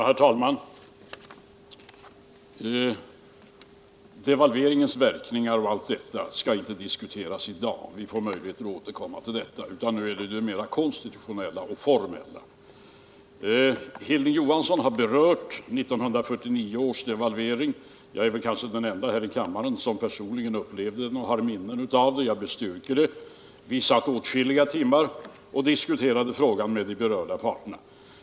Herr talman! Frågan om devalveringens verkningar och liknande spörsmål skall inte diskuteras i dag. Vi får möjlighet att återkomma till det. Nu gäller det mera konstitutionella och formella frågor. Hilding Johansson har berört 1949 års devalvering. Jag är väl kanske den ende här i kammaren som personligen upplevt den och som har minnen av den. Jag bestyrker det Hilding Johansson sade. Vi satt åtskilliga timmar och diskuterade frågan med de berörda parterna.